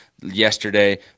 yesterday